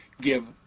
give